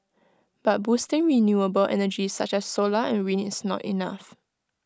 but boosting renewable energy such as solar and wind is not enough